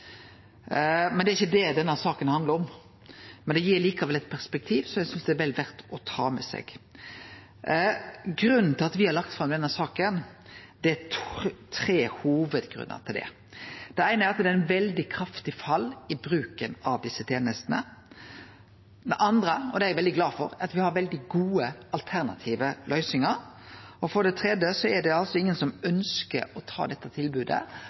Men det er ikkje det denne saka handlar om. Det gir likevel eit perspektiv som eg synest det er vel verd å ta med seg. Det er tre hovudgrunnar til at me har lagt fram denne saka. Den eine er at det er eit veldig kraftig fall i bruken av desse tenestene. Den andre er – og det er eg veldig glad for – at me har veldig gode alternative løysingar. For det tredje er det ingen som ønskjer å ta dette tilbodet,